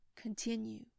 continue